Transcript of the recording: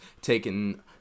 taking